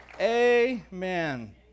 Amen